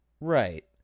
Right